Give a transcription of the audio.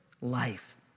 life